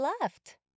left